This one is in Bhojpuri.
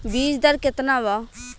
बीज दर केतना वा?